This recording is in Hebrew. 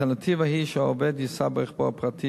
האלטרנטיבה היא שהעובד ייסע ברכבו הפרטי